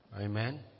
amen